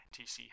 TC